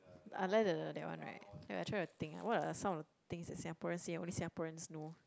I like the that one right ya I try to think what are some of the things that Singaporean say only Singaporeans know